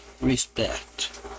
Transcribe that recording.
respect